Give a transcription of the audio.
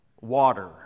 water